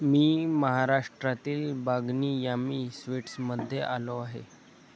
मी महाराष्ट्रातील बागनी यामी स्वीट्समध्ये आलो आहे